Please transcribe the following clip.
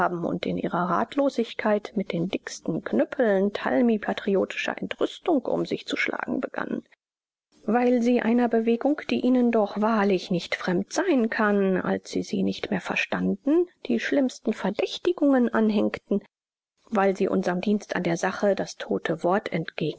und in ihrer ratlosigkeit mit den dicksten knüppeln talmi-patriotischer entrüstung um sich zu schlagen begannen weil sie einer bewegung die ihnen doch wahrlich nicht fremd sein kann als sie sie nicht mehr verstanden die schlimmsten verdächtigungen anhängten weil sie unserm dienst an der sache das tote wort